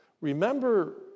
Remember